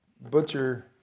butcher